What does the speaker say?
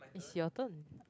is your turn